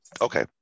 Okay